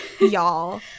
Y'all